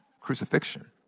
crucifixion